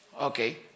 Okay